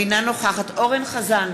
אינה נוכחת אורן אסף